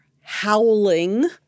howling